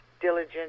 diligent